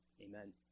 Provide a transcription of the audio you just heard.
amen